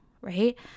right